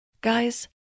Guys